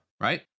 right